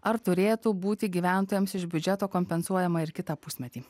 ar turėtų būti gyventojams iš biudžeto kompensuojama ir kitą pusmetį